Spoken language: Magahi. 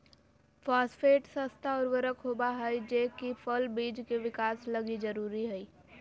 फास्फेट सस्ता उर्वरक होबा हइ जे कि फल बिज के विकास लगी जरूरी हइ